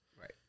Right